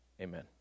Amen